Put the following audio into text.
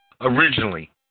originally